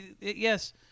yes